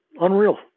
Unreal